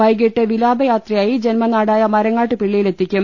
വൈകിട്ട് വിലാപയാത്രയായി ജന്മനാടായ മരങ്ങാട്ട്പിള്ളിയിൽ എത്തിക്കും